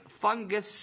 fungus